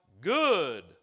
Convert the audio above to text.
good